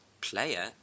player